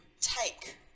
take